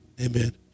Amen